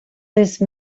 these